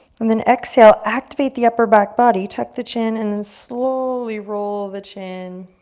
and then exhale, activate the upper back body. tuck the chin, and then slowly roll the chin,